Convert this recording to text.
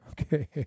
Okay